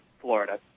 florida